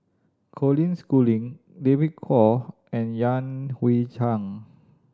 Colin Schooling David Kwo and Yan Hui Chang